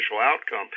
outcome